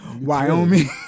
Wyoming